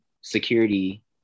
security